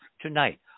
tonight